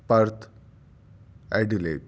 Perth Adelaide